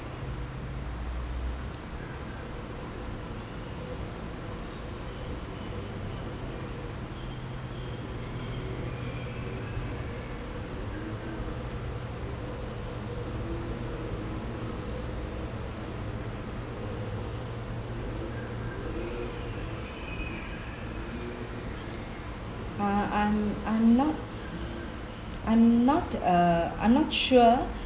uh I'm I'm not I'm not uh I'm not sure